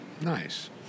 Nice